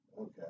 Okay